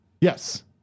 Yes